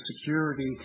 security